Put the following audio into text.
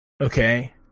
okay